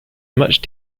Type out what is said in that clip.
much